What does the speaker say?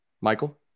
Michael